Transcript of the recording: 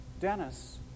Dennis